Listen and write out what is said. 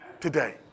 today